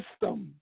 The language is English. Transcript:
system